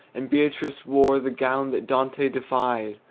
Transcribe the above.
and beatrice wore the gown that dante deified.